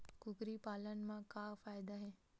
कुकरी पालन म का फ़ायदा हे?